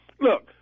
look